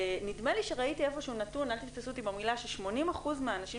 נדמה לי שראיתי איפה שהוא נתון ש-80% מהאנשים